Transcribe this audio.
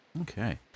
Okay